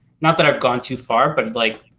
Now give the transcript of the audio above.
not that i've gone too far, but like